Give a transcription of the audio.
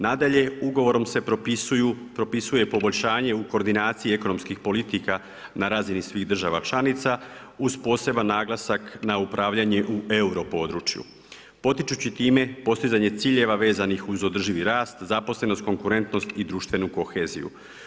Nadalje Ugovorom se propisuje poboljšanje u koordinaciji ekonomskih politika na razini svih država članica uz poseban naglasak na upravljanje u euro području potičući time postizanje ciljeva vezanih uz održivi rast, zaposlenost, konkurentnost i društvenu koheziju.